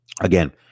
again